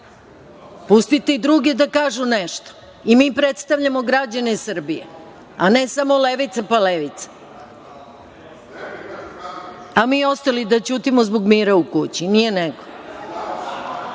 Pustite i druge da kažu nešto. I mi predstavljamo građane Srbije, a ne samo levica, pa levica, a mi ostali da ćutimo zbog mira u kući, nije nego. Prema